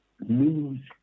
news